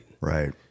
Right